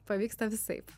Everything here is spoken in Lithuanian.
pavyksta visaip